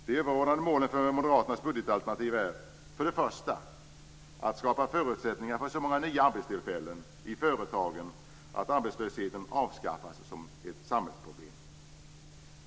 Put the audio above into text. De överordnade målen för Moderaternas budgetpolitik är: för det första att skapa förutsättningar för så många nya arbetstillfällen i företagen att arbetslösheten avskaffas som ett samhällsproblem.